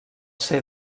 ser